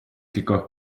кількох